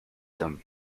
them